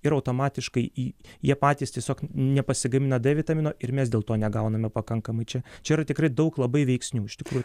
ir automatiškai į jie patys tiesiog nepasigamina d vitamino ir mes dėl to negauname pakankamai čia čia yra tikrai daug labai veiksnių iš tikrųjų